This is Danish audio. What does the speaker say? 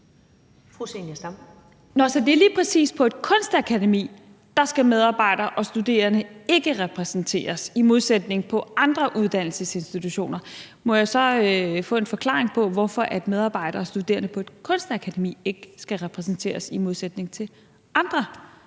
Så det er lige præcis på et kunstakademi, at medarbejdere og studerende ikke skal repræsenteres, i modsætning til andre uddannelsesinstitutioner. Må jeg så få en forklaring på, hvorfor medarbejdere og studerende på et kunstakademi ikke skal repræsenteres i modsætning til andre